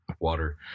water